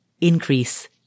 increase